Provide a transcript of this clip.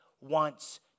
wants